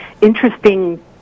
interesting